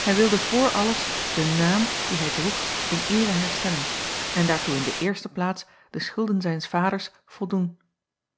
hij wilde voor alles den naam dien hij droeg in eere herstellen en daartoe in de eerste plaats de schulden zijns vaders voldoen